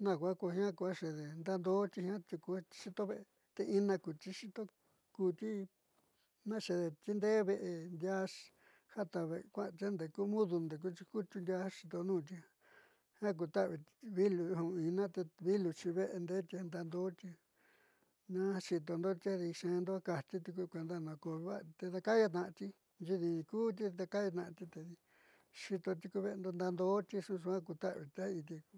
naojku ko jiaa kujaku jiaa ku ja xede ndaandooti ti jiaa xito ve'e te ina kuti xito kuti nakeedeti ndee ve'e ndiaá jata ve'e kuaáti ndeeku mudo ndeeku chikutiu ndiaa ja xiitonuunti jiaa ja ku ta'aviti ja vilu ina tee viluxi ve'e nde'eti ndaando'oti na xiitondoti keenda ja kajti tiuku keendo na ko va'ati te dakaayatna'ati nxiidin kuuti dakayyatna'ati tedi xiitoti ku veendo ndaando'oti suaá ku taáviti inti.